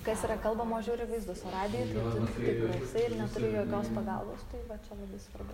kas yra kalbama o žiūri vaizdus o radijuj tai tu tik klausai ir neturi jokios pagalbos tik va čia labai svarbu